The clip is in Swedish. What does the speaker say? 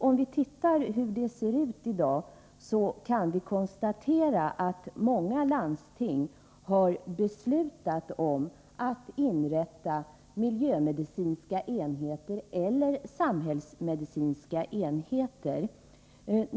Om vi ser på hur det är i dag kan vi konstatera, att många landsting har beslutat att inrätta miljömedicinska enheter eller samhällsmedicinska enheter.